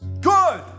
Good